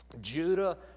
Judah